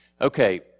Okay